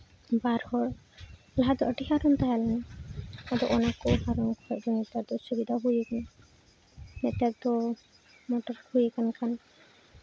ᱵᱟᱨ ᱦᱚᱲ ᱞᱟᱦᱟ ᱫᱚ ᱟᱹᱰᱤ ᱦᱟᱨᱚᱱ ᱛᱟᱦᱮᱸ ᱞᱮᱱᱟ ᱟᱫᱚ ᱚᱱᱟ ᱠᱚ ᱦᱟᱨᱚᱱ ᱠᱷᱚᱡ ᱫᱚ ᱱᱮᱛᱟᱨ ᱫᱚ ᱥᱩᱵᱤᱫᱷᱟ ᱦᱩᱭ ᱟᱠᱟᱱᱟ ᱱᱮᱛᱟᱨ ᱫᱚ ᱢᱚᱴᱚᱨ ᱦᱩᱭ ᱠᱟᱱ ᱠᱷᱟᱱ